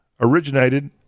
originated